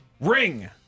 Ring